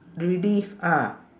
relive ah